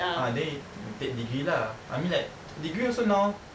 ah then you take degree lah I mean like degree also now